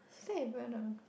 is that even a